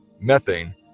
methane